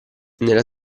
nella